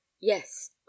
Yes